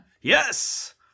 Yes